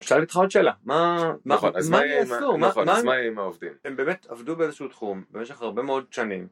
שאלתי אותך עוד שאלה, מה הם יעשו, אז מה יהיה עם העובדים, הם באמת עבדו באיזשהו תחום במשך הרבה מאוד שנים.